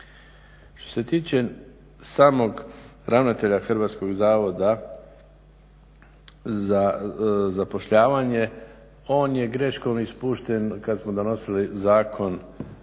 Što se tiče samog ravnatelja Hrvatskog zavoda za zapošljavanje on je greškom ispušten kad smo donosili Zakon